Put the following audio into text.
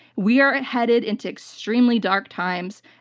we are headed into extremely dark times.